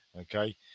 Okay